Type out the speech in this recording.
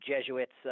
Jesuits